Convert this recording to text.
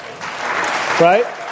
Right